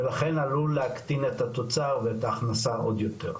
ולכן עלול להקטין את התוצר ואת ההכנסה עוד יותר.